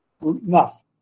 Enough